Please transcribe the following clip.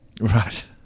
Right